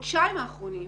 בחודשיים האחרונים,